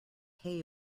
hay